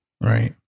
Right